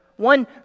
One